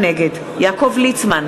נגד יעקב ליצמן,